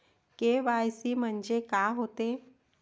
KYC म्हंनजे का होते?